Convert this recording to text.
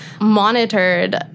monitored